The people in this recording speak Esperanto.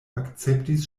akceptis